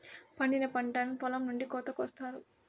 పండిన పంటను పొలం నుండి కోత కొత్తారు